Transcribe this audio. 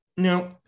Now